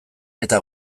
eta